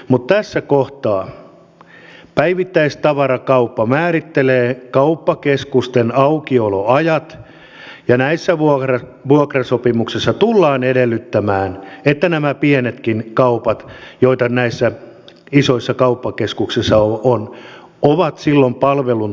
mutta tässä kohtaa päivittäistavarakauppa määrittelee kauppakeskusten aukioloajat ja näissä vuokrasopimuksissa tullaan edellyttämään että nämä pienetkin kaupat joita näissä isoissa kauppakeskuksissa on ovat silloin palveluntarjoajia